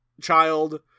child